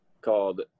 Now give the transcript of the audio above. called